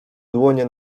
dłonie